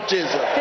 Jesus